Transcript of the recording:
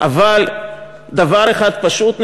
אבל דבר אחד פשוט,